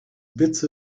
bits